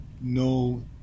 no